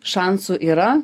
šansų yra